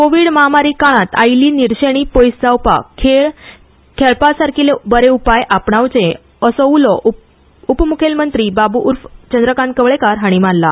कोविड महामारी काळांत आयिल्ली निरशेणी पयस जावपाक खेळ खेळपासारकील्ले बरे उपाय आपणावचे अशे उपम्खेलमंत्री बाब् उर्फ चंद्रकांत कवळेकर हाणी सांगला